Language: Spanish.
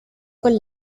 con